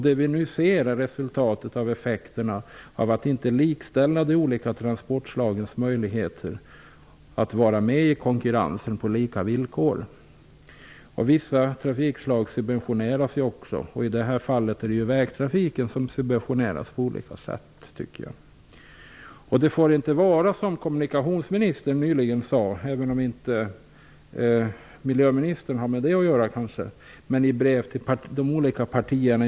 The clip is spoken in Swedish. Det vi nu ser är resultatet av effekterna av att inte likställa de olika transportslagens möjligheter att vara med i konkurrensen på lika villkor. Vissa trafikslag subventioneras också. I detta fall är det vägtrafiken som subventioneras. Det får inte vara så som kommunikationsministern sagt -- även om miljöministern kanske inte har med det att göra -- att det ekomiska incitamentet skall vara styrande.